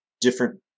different